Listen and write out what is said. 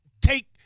take